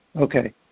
Okay